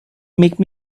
make